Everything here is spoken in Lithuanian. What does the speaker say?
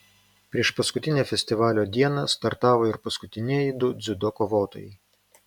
priešpaskutinę festivalio dieną startavo ir paskutinieji du dziudo kovotojai